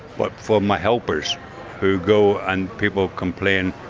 but for my helpers who go and people complain,